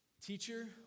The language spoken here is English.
Teacher